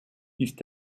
ist